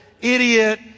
idiot